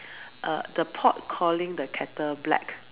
uh the pot calling the kettle black